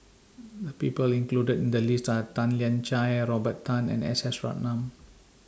The People included in The list Are Tan Lian Chye Robert Tan and S S Ratnam